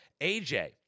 AJ